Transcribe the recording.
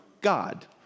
God